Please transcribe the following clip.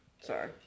Sorry